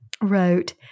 wrote